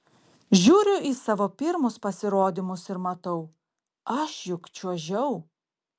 žiūriu į savo pirmus pasirodymus ir matau aš juk čiuožiau